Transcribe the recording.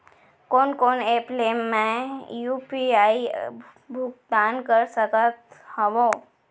कोन कोन एप ले मैं यू.पी.आई भुगतान कर सकत हओं?